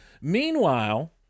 Meanwhile